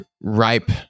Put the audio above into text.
ripe